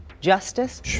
justice